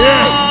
Yes